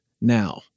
now